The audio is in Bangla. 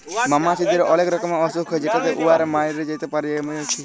মমাছিদের অলেক রকমের অসুখ হ্যয় যেটতে উয়ারা ম্যইরে যাতে পারে যেমল এ.এফ.বি